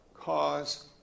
cause